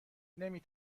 نمی